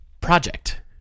project